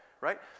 right